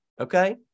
Okay